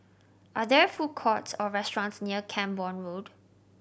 are there food courts or restaurants near Camborne Road